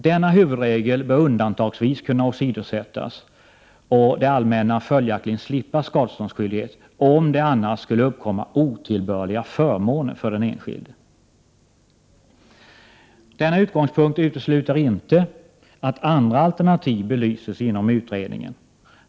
Denna huvudregel bör undantagsvis kunna åsidosättas och det allmänna följaktligen slippa skadeståndsskyldighet om det annars skulle uppkomma otillbörliga förmåner för den enskilde. Denna utgångspunkt utesluter inte att andra alternativ belyses inom utredningen.